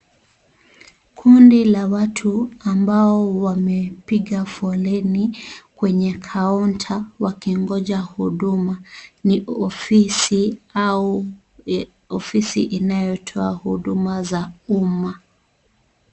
Kundi la watu ambao wamepiga foleni kwenye kaunta wakingoja Huduma. Ni ofisi au ofisi inayotoa Huduma za umma.